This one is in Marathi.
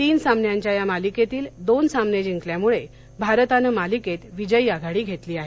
तीन सामन्यांच्या या मालिकेतील दोन सामने जिंकल्यामुळे भारतानं मालिकेत विजयी आघाडी घेतली आहे